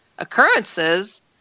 occurrences